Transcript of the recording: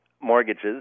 mortgages